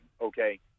okay